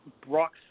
Brock